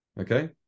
Okay